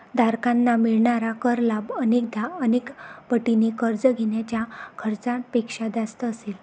धारकांना मिळणारा कर लाभ अनेकदा अनेक पटीने कर्ज घेण्याच्या खर्चापेक्षा जास्त असेल